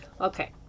Okay